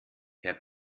herr